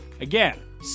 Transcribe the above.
Again